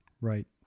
right